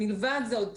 מלבד זאת,